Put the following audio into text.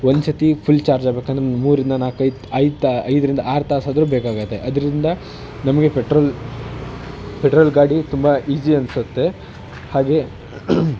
ಒಂದು ಸರ್ತಿ full charge ಆಗ್ಬೇಕಂದ್ರೆ ಮೂರರಿಂದ ನಾಲ್ಕೈದು ಐದು ತಾ ಐದರಿಂದ ಆರು ತಾಸಾದರೂ ಬೇಕಾಗುತ್ತೆ ಅದರಿಂದ ನಮಗೆ ಪೆಟ್ರೋಲ್ ಪೆಟ್ರೋಲ್ ಗಾಡಿ ತುಂಬ ಈಸಿ ಅನ್ನಿಸುತ್ತೆ ಹಾಗೇ